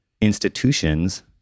institutions